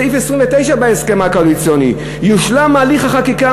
סעיף 29 בהסכם הקואליציוני: "יושלם הליך החקיקה